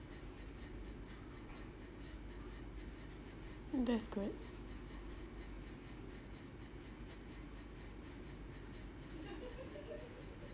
that's good